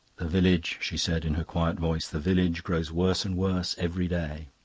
the village, she said in her quiet voice, the village grows worse and worse every day.